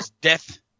death